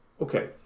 Okay